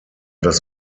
das